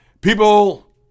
people